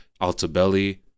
Altabelli